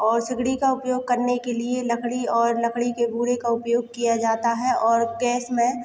और सिगड़ी का उपयोग करने के लिए लकड़ी और लकड़ी के गुदे का उपयोग किया जाता है और गैस में